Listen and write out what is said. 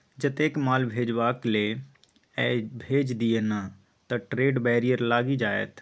जतेक माल भेजबाक यै भेज दिअ नहि त ट्रेड बैरियर लागि जाएत